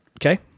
Okay